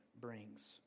brings